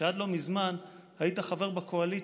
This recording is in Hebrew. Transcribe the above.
שעד לא מזמן היית חבר בקואליציה.